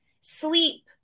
sleep